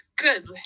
good